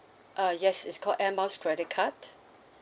uh yes it's called air miles credit card